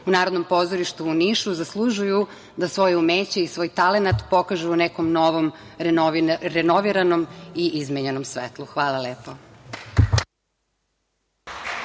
u Narodnom pozorištu u Nišu zaslužuju da svoje umeće i svoj talenat pokažu u nekom novom, renoviranom i izmenjenom svetlu. Hvala lepo.